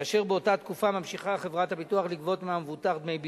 כאשר באותה תקופה ממשיכה חברת הביטוח לגבות מהמבוטח דמי ביטוח.